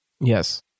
Yes